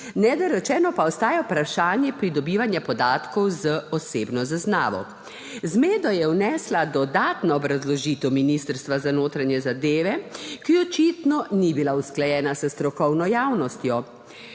Nedorečeno pa ostaja vprašanje pridobivanja podatkov z osebno zaznavo. Zmedo je vnesla dodatna obrazložitev Ministrstva za notranje zadeve, ki očitno ni bila usklajena s strokovno javnostjo.